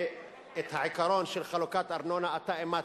ואת העיקרון של חלוקת ארנונה אתה אימצת.